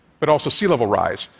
but also sea level rise,